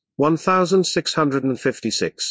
1656